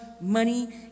money